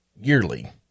yearly